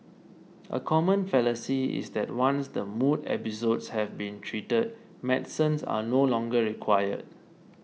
a common fallacy is that once the mood episodes have been treated medicines are no longer required